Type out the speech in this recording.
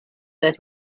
that